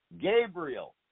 Gabriel